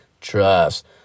Trust